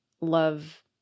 love